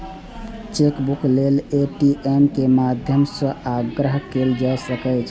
chequebook लेल ATM के माध्यम सं आग्रह कैल जा सकै छै